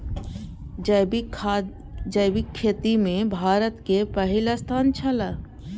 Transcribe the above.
जैविक खेती में भारत के पहिल स्थान छला